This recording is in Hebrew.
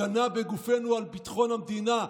הגנה בגופנו על ביטחון המדינה,